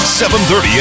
7.30